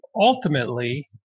ultimately